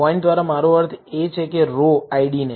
point દ્વારા મારો અર્થ એ છે કે રો ID ને